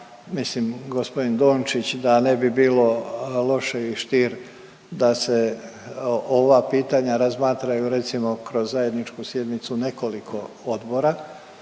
misli g. Dončić da ne bi bilo loše i Stier da se ova pitanja razmatraju recimo kroz zajedničku sjednicu nekoliko odbora